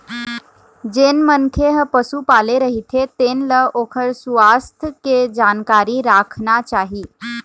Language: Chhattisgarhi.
जेन मनखे ह पशु पाले रहिथे तेन ल ओखर सुवास्थ के जानकारी राखना चाही